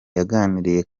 yaganiriye